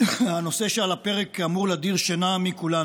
הנושא שעל הפרק אמור להדיר שינה מעיני כולנו.